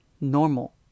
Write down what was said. Normal